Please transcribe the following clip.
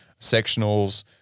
sectionals